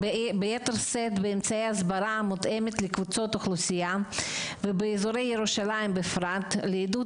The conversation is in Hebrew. אמצעי הסברה המותאמים לכלל האוכלוסייה ובאזור ירושלים בפרט לעידוד